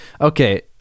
Okay